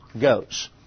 goes